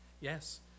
yes